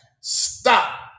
stop